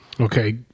Okay